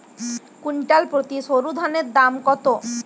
Quintal প্রতি সরুধানের দাম কত?